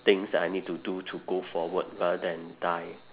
things that I need to do to go forward rather than die